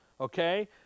okay